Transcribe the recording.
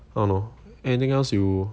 I don't know anything else you